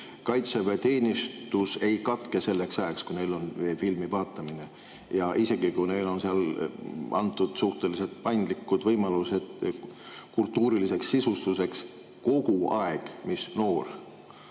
Kaitseväeteenistus ei katke selleks ajaks, kui neil on filmi vaatamine. Ja isegi kui neile on seal antud suhteliselt paindlikud võimalused kultuuriliseks ajasisustuseks, siis kogu aeg, mis noor